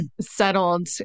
settled